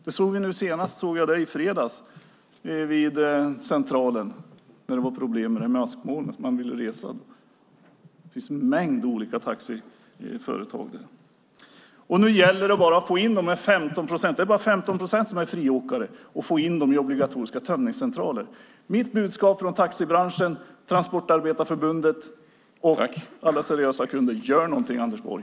Jag såg det senast i fredags vid Centralen när det var problem med askmolnet och man ville resa - det finns en mängd olika taxiföretag. Och nu gäller det bara att få in de här 15 procenten - det är bara 15 procent som är friåkare - i obligatoriska tömningscentraler. Mitt budskap från taxibranschen, Transportarbetareförbundet och alla seriösa kunder är: Gör någonting, Anders Borg!